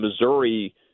Missouri